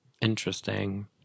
Interesting